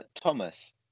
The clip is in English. Thomas